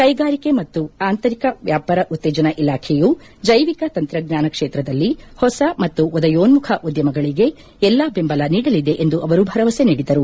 ಕೈಗಾರಿಕೆ ಮತ್ತು ಆಂತರಿಕ ವ್ಯಾಪಾರ ಉತ್ತೇಜನ ಇಲಾಖೆಯು ಜೈವಿಕ ತಂತ್ರಜ್ಞಾನ ಕ್ಷೇತ್ರದಲ್ಲಿ ಹೊಸ ಮತ್ತು ಉದಯೋನ್ನುಖ ಉದ್ಲಮಗಳಿಗೆ ಎಲ್ಲಾ ದೆಂಬಲ ನೀಡಲಿದೆ ಎಂದು ಅವರು ಭರವಸೆ ನೀಡಿದರು